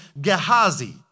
Gehazi